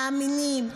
מאמינים,